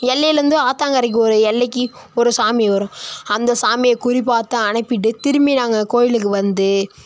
எல்லைலந்து ஆத்தாங்கரைக்கு ஒரு எல்லைக்கு ஒரு சாமி வரும் அந்த சாமியை குறிப்பார்த்து அனுப்பிட்டு திரும்பி நாங்கள் கோயிலுக்கு வந்து